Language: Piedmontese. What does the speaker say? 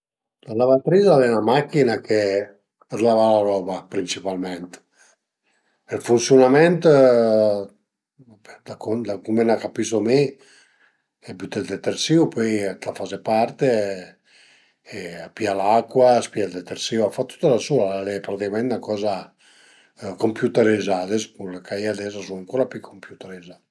La lavatris al e 'na machin-a che a t'lava la roba principalment, ël funsiunament da cume na capisu mi, büte ël detsersìu, pöi la faze parti e a pìa l'acua, a s'pìa ël detersìu, a fa tüta da sula, al e praticament 'na coza computerizùà, ades cule ch'a ie ades a sun ancura pi computerizà